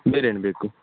ಬೇರೆ ಏನು ಬೇಕು